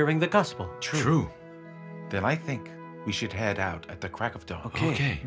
hearing the gospel truth that i think we should head out at the crack of dawn ok